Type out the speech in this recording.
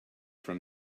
from